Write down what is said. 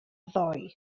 ddoe